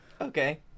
Okay